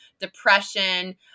depression